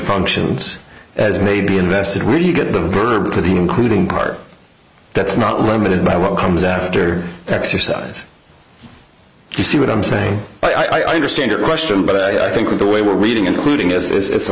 functions as may be invested where you get the verb for the including part that's not limited by what comes after exercise you see what i'm saying i understand your question but i think the way we're reading including